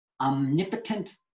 omnipotent